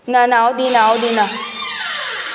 ना ना हांव दिना हांव दिना